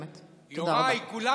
תודה רבה, גברתי.